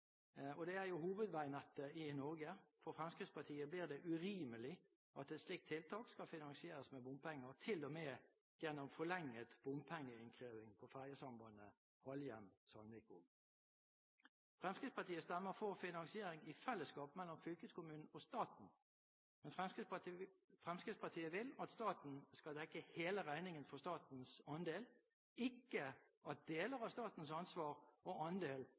og det er jo hovedveinettet i Norge. For Fremskrittspartiet blir det urimelig at et slikt tiltak skal finansieres med bompenger, til og med gjennom forlenget bompengeinnkreving på ferjesambandet Halhjem–Sandvikvåg. Fremskrittspartiet stemmer for finansiering i fellesskap mellom fylkeskommunen og staten, men Fremskrittspartiet vil at staten skal dekke hele regningen for statens andel, ikke at deler av statens ansvar og andel